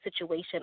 situation